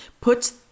puts